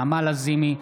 נעמה לזימי,